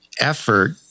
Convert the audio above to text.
effort